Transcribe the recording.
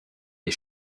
des